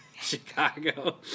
Chicago